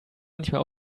manchmal